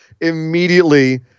Immediately